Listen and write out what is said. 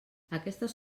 aquestes